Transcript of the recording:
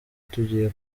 tugiye